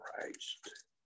Christ